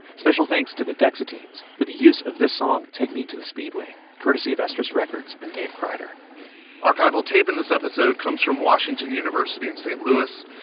special thanks to the dexateens for the use of this song, take me to the speedway courtesy of estrus records and dave crider archival tape in this episode comes from washington university in st. louis,